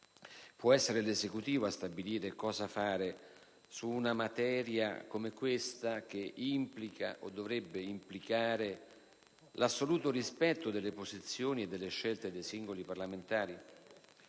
Può essere l'Esecutivo a stabilire cosa fare su una materia come questa, che implica o dovrebbe implicare l'assoluto rispetto delle posizioni e delle scelte dei singoli parlamentari?